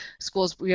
schools